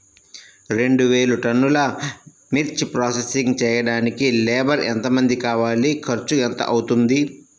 రెండు వేలు టన్నుల మిర్చి ప్రోసెసింగ్ చేయడానికి లేబర్ ఎంతమంది కావాలి, ఖర్చు ఎంత అవుతుంది?